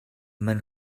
мань